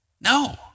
No